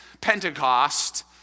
Pentecost